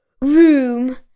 room